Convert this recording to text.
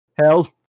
Hell